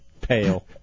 Pale